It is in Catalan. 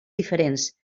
diferents